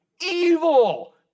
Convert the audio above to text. Evil